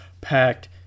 packed